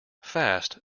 fast